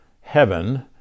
heaven